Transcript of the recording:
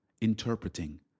interpreting